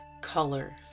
color